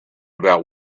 about